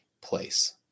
place